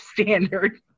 standard